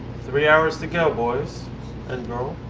three hours to go, boys and girl.